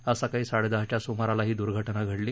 आज सकाळी साडेदहाच्या सुमाराला ही दुर्घटना घडली